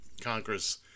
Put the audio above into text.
Congress